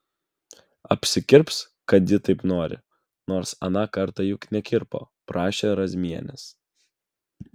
apsikirps kad ji taip nori nors aną kartą juk nekirpo prašė razmienės